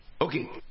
Okay